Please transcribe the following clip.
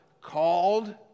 Called